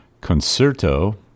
concerto